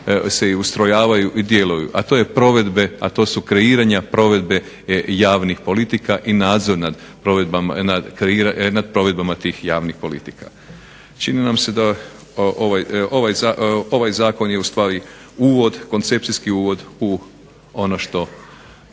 se ustrojavaju i djeluju, a to su kreiranja provedbe javnih politika i nadzor nad provedbama tih javnih politika. Čini nam se da ovaj zakon je ustvari uvod koncepcijski uvod u ono što